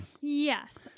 Yes